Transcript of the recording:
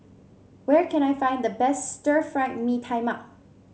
where can I find the best Stir Fried Mee Tai Mak